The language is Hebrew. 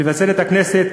לפזר את הכנסת,